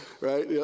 right